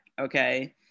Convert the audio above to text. okay